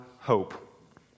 hope